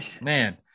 man